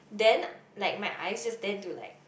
then like my eyes just dare to like